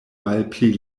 malpli